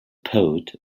poet